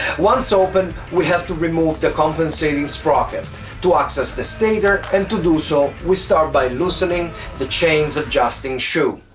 once open we have to remove the compensating sprocket to access the stator and to do so we start by loosening the chain's adjusting shoe.